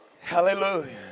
Hallelujah